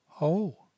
Oh